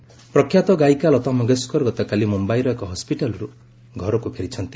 ଲତା ମଙ୍ଗେସକର ପ୍ରଖ୍ୟାତ ଗାୟିକା ଲତା ମଙ୍ଗେସକର ଗତକାଲି ମୁମ୍ବାଇର ଏକ ହସ୍କିଟାଲରୁ ଘରକୁ ଫେରିଛନ୍ତି